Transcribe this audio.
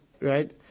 right